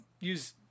use